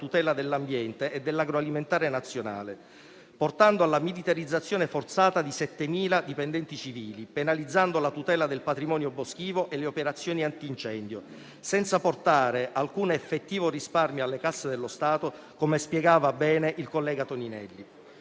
tutela dell'ambiente e dell'agroalimentare nazionale, portando alla militarizzazione forzata di 7.000 dipendenti civili, penalizzando la tutela del patrimonio boschivo e le operazioni antincendio, senza portare alcun effettivo risparmio alle casse dello Stato, come spiegava bene il collega Toninelli.